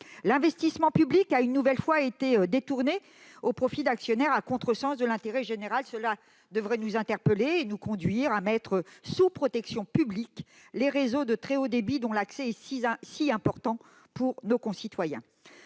L'investissement public a, une nouvelle fois, été détourné au profit d'actionnaires, à contresens de l'intérêt général. Cela devrait nous interpeller et nous conduire à placer sous protection publique les réseaux à très haut débit, dont l'accès est si important pour nos concitoyens.